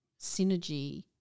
synergy